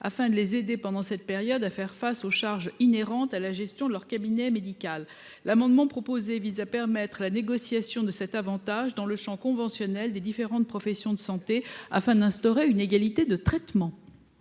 faire face, pendant cette période, aux charges inhérentes à la gestion de leur cabinet médical. Cet amendement vise à permettre la négociation de cet avantage dans le champ conventionnel des différentes professions de santé, afin d’instaurer une égalité de traitement.